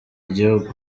igihugu